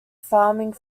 farming